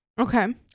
Okay